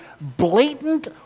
blatant